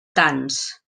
tants